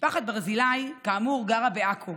משפחת ברזילי, כאמור, גרה בעכו,